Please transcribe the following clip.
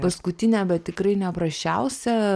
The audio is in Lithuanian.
paskutinė bet tikrai neprasčiausia